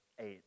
eight